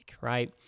right